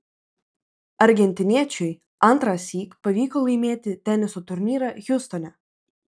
argentiniečiui antrąsyk pavyko laimėti teniso turnyrą hjustone